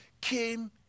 came